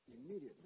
Immediately